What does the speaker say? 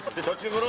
to touch it.